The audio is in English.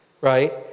right